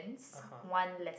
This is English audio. (uh huh)